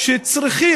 מצוין.